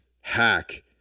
hack